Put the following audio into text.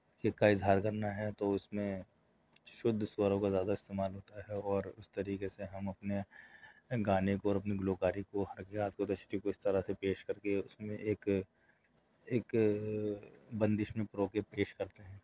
کے کا اظہار کرنا ہے تو اُس میں شدھ سوَروں کا زیادہ استعمال ہوتا ہے اور اُس طریقے سے ہم اپنے گانے کو اور اپنی گلوکاری کو حرکیات کو تشریح کو اِس طرح سے پیش کر کے اِس میں ایک ایک بندش میں پرو کے پیش کرتے ہیں